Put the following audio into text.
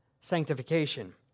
sanctification